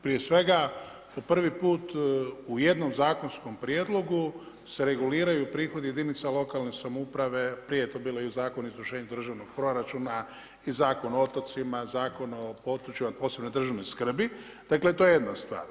Prije svega, po prvi put u jednom zakonskom prijedlogu se reguliraju prihodi jedinica lokalne samouprave, prije to bilo u Zakonu o izvršenju državnog proračuna i Zakonu o otocima, Zakonu o području od posebne državne skrbi, dakle to je jedna stvar.